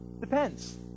depends